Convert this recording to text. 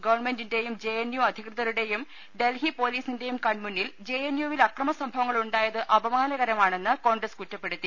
ഗവൺമെന്റിന്റെയും J N U അധികൃതരുടെയും ഡൽഹി പൊലീസിന്റെയും കൺമുന്നിൽ ജെ എൻ യു വിൽ അക്രമസംഭവങ്ങളുണ്ടായത് അപമാനകരമാണെന്ന് കോൺഗ്രസ് കുറ്റപ്പെടുത്തി